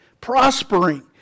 prospering